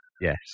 Yes